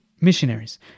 missionaries